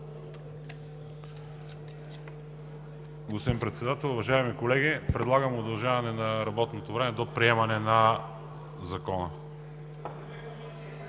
Господин Председател, уважаеми колеги! Предлагам удължаване на работното време до приемане на Закона.